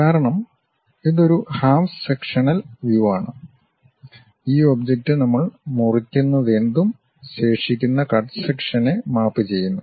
കാരണം ഇത് ഒരു ഹാഫ് സെക്ഷനൽ വ്യു ആണ് ഈ ഒബ്ജക്റ്റ് നമ്മൾ മുറിക്കുന്നതെന്തും ശേഷിക്കുന്ന കട്ട് സെക്ഷനെ മാപ്പ് ചെയ്യുന്നു